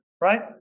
right